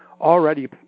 already